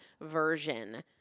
version